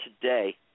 today